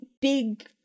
big